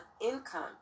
income